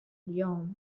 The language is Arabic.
اليوم